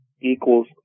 equals